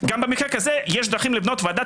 גם במקרה כזה יש דרכים לבנות ועדה